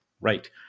right